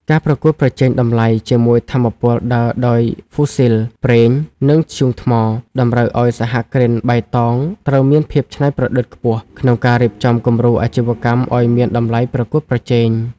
ការប្រកួតប្រជែងតម្លៃជាមួយថាមពលដើរដោយហ្វូស៊ីល ប្រេង និងធ្យូងថ្ម តម្រូវឱ្យសហគ្រិនបៃតងត្រូវមានភាពច្នៃប្រឌិតខ្ពស់ក្នុងការរៀបចំគំរូអាជីវកម្មឱ្យមានតម្លៃប្រកួតប្រជែង។